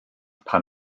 pan